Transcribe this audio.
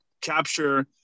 capture